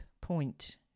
point